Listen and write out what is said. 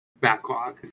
backlog